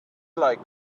like